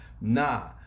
Nah